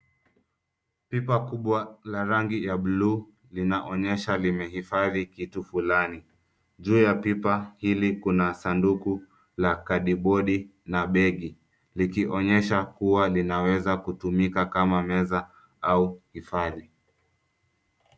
Pipa kubwa la rangi ya buluu linaonyesha limehifadhi kitu fulani. Juu ya pipa hili kuna sanduku la kadibodi na begi likionyesha kuwa linaweza kutumika kama meza au hifadhi.